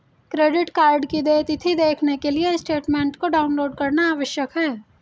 credit card की देय तिथी देखने के लिए स्टेटमेंट को डाउनलोड करना आवश्यक है